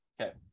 Okay